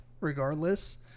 regardless